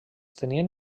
tenien